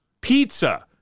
pizza